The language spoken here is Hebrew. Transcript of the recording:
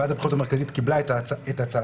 ועדת הבחירות המרכזית קיבלה את הצעתו